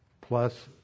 plus